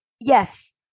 Yes